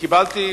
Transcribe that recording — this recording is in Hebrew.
קיבלתי,